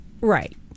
Right